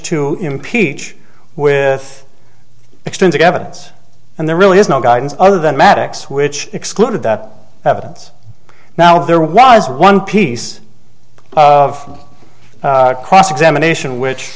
to impeach with extensive evidence and there really is no guidance other than maddux which excluded that evidence now there was one piece of cross examination which